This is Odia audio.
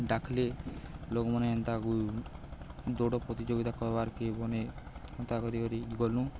ଡାକ୍ଲେ ଲୋକ୍ମାନେ ଏନ୍ତା ଦୌଡ ପ୍ରତିଯୋଗିତା କର୍ବାରକେ ବନେ ହେନ୍ତା କରି କରି ଗଲୁ